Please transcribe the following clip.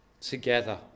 together